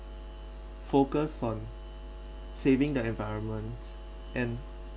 focus on saving the environment and